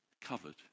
covered